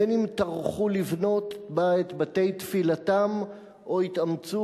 בין שטרחו לבנות בה את בתי תפילתם או התאמצו